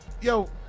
Yo